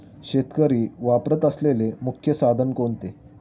शेतकरी वापरत असलेले मुख्य साधन कोणते?